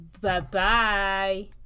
Bye-bye